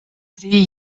tri